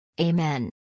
Amen